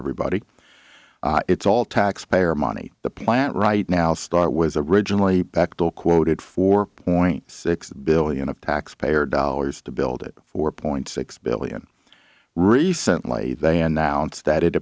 everybody it's all taxpayer money the plant right now start was originally back bill quoted four point six billion of taxpayer dollars to build it four point six billion recently they announced that it